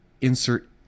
insert